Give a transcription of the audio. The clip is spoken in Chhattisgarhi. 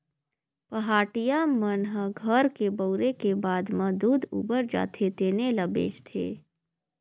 पहाटिया मन ह घर के बउरे के बाद म दूद उबर जाथे तेने ल बेंचथे